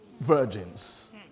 virgins